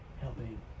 helping